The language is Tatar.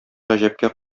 гаҗәпкә